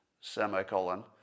semicolon